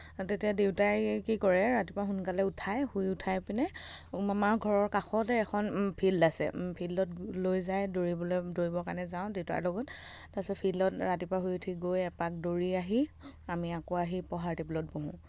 তেতিয়া দেউতাই কি কৰে ৰাতিপুৱা সোনকালে উঠায় শুই উঠাই পিনে মামাৰ ঘৰৰ কাষতে এখন ফিল্ড আছে ফিল্ডত লৈ যায় দৌৰিবলে দৌৰিবৰ কাৰণে যাওঁ দেউতাৰ লগত তাছত ফিল্ডত ৰাতিপুৱা শুই উঠি গৈ এপাক দৌৰি আহি আমি আকৌ আহি পঢ়াৰ টেবুলত বহোঁ